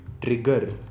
trigger